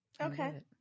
Okay